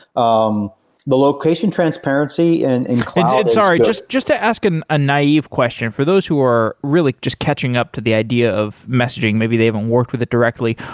um the location transparency and in cloud yeah is sorry, just just to ask and a naive question. for those who are really just catching up to the idea of messaging, maybe they haven't worked with it directly,